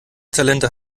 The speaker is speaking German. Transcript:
talente